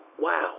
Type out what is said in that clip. Wow